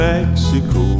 Mexico